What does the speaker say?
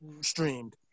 streamed